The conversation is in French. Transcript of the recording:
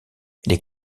les